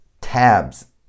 tabs